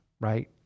Right